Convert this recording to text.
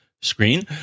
screen